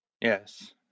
Yes